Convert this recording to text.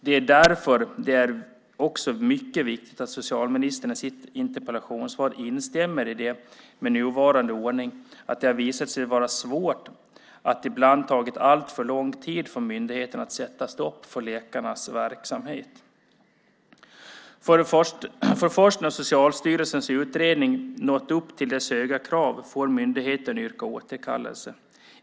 Det är därför också mycket viktigt att socialministern i sitt interpellationssvar instämmer i att det med nuvarande ordning visat sig vara svårt och ibland tagit alltför lång tid för myndigheten att sätta stopp för läkarnas verksamhet. Först när Socialstyrelsens utredning nått upp till dessa höga krav får myndigheten yrka på återkallelse.